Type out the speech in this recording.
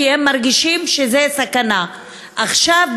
כי הם מרגישים שזו סכנה עכשיו,